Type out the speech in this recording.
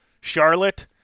Charlotte